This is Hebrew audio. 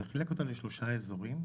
וחילק אותה לשלושה אזורים.